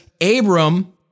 Abram